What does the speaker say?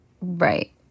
Right